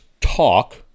talk